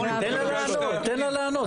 איתמר, תן לה לענות.